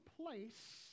place